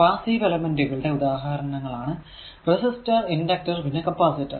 passive എലെമെന്റുകളുടെ ഉദാഹരണങ്ങളാണ് resistor inductor പിന്നെ കപ്പാസിറ്റർ